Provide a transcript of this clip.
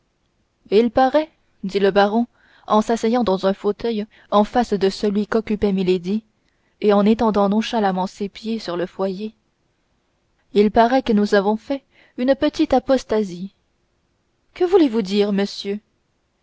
il paraît dit le baron en s'asseyant dans un fauteuil en face de celui qu'occupait milady et en étendant nonchalamment ses pieds sur le foyer il paraît que nous avons fait une petite apostasie que voulez-vous dire monsieur